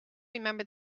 remember